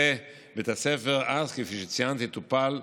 מקרה בית הספר הס, כפי שציינתי, טופל,